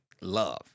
love